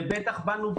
ובטח בנו,